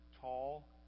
tall